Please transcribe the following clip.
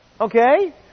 Okay